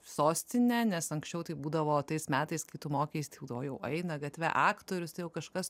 sostinę nes anksčiau taip būdavo tais metais kai tu mokeisi tai jau būdavo eina gatve aktorius tai jau kažkas